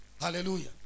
Hallelujah